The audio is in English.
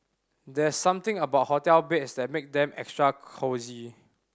there's something about hotel beds that make them extra cosy